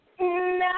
No